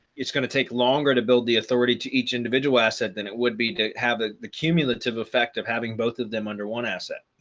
it's going to take longer to build the authority to each individual asset than it would be to have the the cumulative effect of having both of them under one asset.